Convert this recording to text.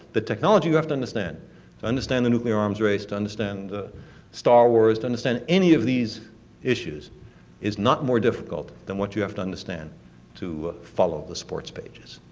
the technology you have to understand to understand the nuclear arms race, to understand star wars, to understand any of these issues is not more difficult than what you have to understand to follow the sports pages.